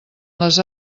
les